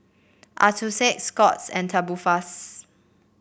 Accucheck Scott's and Tubifast